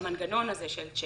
במנגנון הזה של צ'קים,